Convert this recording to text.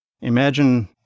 Imagine